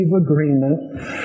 agreement